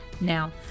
now